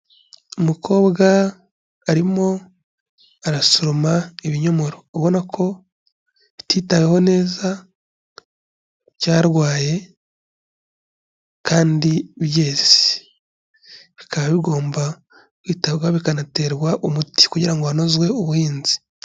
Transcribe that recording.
Umukobwa arimo arasoroma ibinyomoro, ubona ko bititaweho neza byarwaye kandi byeze, bikaba bigomba kwitabwaho bikanaterwa umuti kugira ngo hanozwe ubuhinzi.